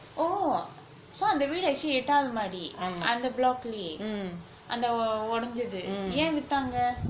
oh so அந்த வீடு:antha veedu actually எட்டாவது மாடி அந்த:ettavathu maadi antha block lah அந்த ஒடஞ்சது ஏன் வித்தாங்க:antha odanjathu yaen vithanga